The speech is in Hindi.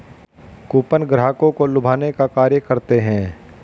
कूपन ग्राहकों को लुभाने का कार्य करते हैं